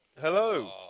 Hello